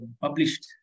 published